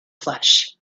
flesh